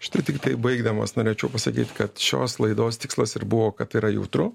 štai tiktai baigdamas norėčiau pasakyt kad šios laidos tikslas ir buvo kad yra jautru